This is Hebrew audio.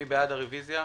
מי בעד הרוויזיה?